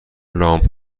لامپ